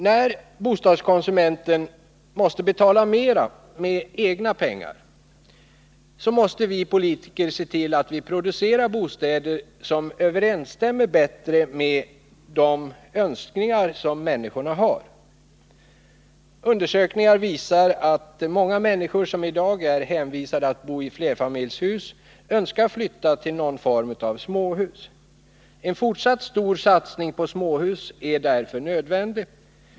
När bostadskonsumenten måste betala mera med egna pengar, måste vi politiker se till att det produceras bostäder som bättre överensstämmer med de önskningar som människorna har. Undersökningar visar att många människor, som i dag är hänvisade att bo i flerfamiljshus, önskar flytta till någon form av småhus. En fortsatt stor satsning på småhus är därför nödvändig.